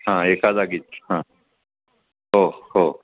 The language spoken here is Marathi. हां एका जागीच हां हो हो